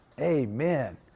Amen